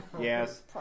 Yes